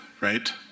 right